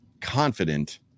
confident